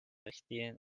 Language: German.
richtlinien